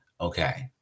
Okay